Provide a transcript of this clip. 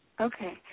Okay